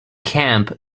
camp